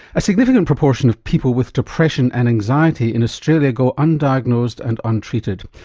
a significant proportion of people with depression and anxiety in australia go undiagnosed and untreated.